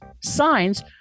signs